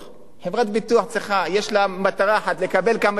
חברת ביטוח יש לה מטרה אחת: לקבל כמה שיותר,